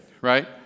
Right